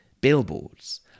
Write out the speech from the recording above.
billboards